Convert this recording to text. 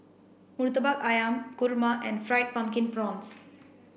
Murtabak Ayam Kurma and fried pumpkin prawns